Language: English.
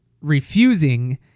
refusing